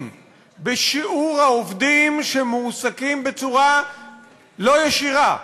בשיעור העובדים שמועסקים בצורה לא ישירה,